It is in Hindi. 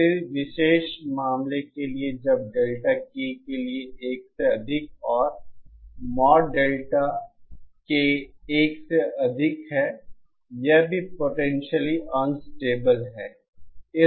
किसी विशेष मामले के लिए जब डेल्टा K के लिए 1 से अधिक और मॉड डेल्टा के 1 से अधिक है यह भी पोटेंशियली अनस्टेबल है